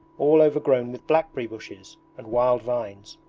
all overgrown with blackberry bushes and wild vines.